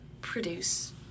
produce